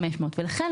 500. לכן,